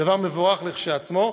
דבר מבורך כשלעצמו,